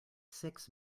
six